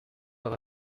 par